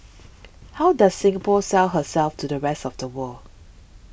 how does Singapore sell herself to the rest of the world